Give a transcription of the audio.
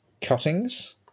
cuttings